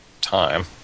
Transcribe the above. time